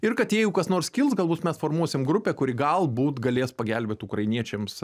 ir kad jeigu kas nors kils galbūt mes formuosim grupę kuri galbūt galės pagelbėt ukrainiečiams